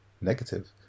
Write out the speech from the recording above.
Negative